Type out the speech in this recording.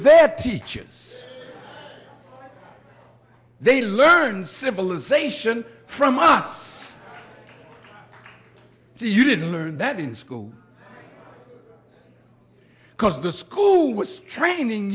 their teachers they learned civilization from us so you didn't learn that in school because the school was training